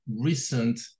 recent